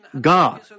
God